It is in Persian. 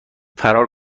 فرار